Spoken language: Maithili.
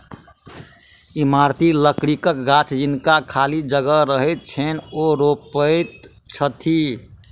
इमारती लकड़ीक गाछ जिनका खाली जगह रहैत छैन, ओ रोपैत छथि